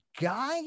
guy